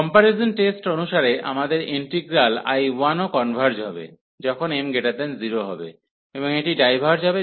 comparison test অনুসারে আমাদের integral I1 ও কনভার্জ হবে যখন m0 হবে এবং এটি ডাইভার্জ হবে যখন m≤0 হবে